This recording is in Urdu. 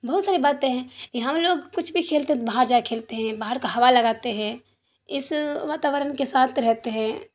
بہت ساری باتیں ہیں یہ ہم لوگ کچھ بھی کھیلتے ہیں باہر جا کر کھیلتے ہیں باہر کا ہوا لگاتے ہیں اس واتاورن کے ساتھ رہتے ہیں